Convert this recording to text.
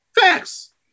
Facts